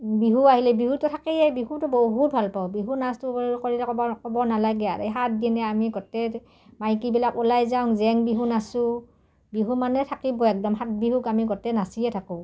বিহু আহিলে বিহুটো থাকেই বিহুটো বহুত ভালপাওঁ বিহু নাচটো কৰি ক'ব ক'ব নালাগে আৰু সাত দিনেই আমি গোটেই মাইকীবিলাক ওলাই যাওঁ জেং বিহু নাচোঁ বিহু মানে থাকিবই একদম সাত বিহুক আমি গোটেই নাচিয়ে থাকোঁ